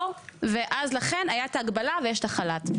לא, לכן הייתה ההגבלה ויש את החל"ת.